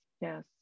Yes